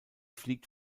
fliegt